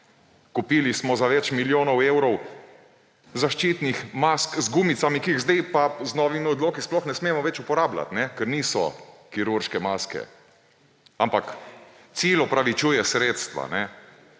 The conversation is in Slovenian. Kupili smo za več milijonov evrov zaščitnih mask z gumicami, ki pa jih zdaj z novimi odloki sploh ne smemo več uporabljati, ker niso kirurške maske, ampak cilj opravičuje sredstva.